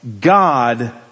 God